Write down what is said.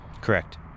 Correct